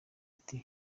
ati